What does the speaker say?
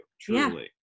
truly